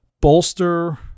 bolster